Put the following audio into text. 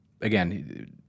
again